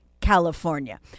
California